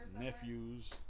nephews